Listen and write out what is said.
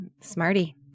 smarty